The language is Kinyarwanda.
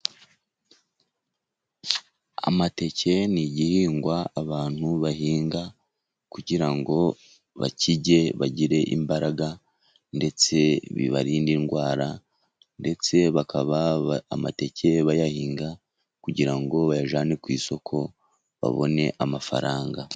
Amateke ni igihingwa abantu bahinga kugira ngo bakirye bagire imbaraga ndetse bibarinde indwara ndetse bakaba amateke bayahinga kugira ngo bayajyane ku isoko babone amafaranga.